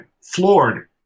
floored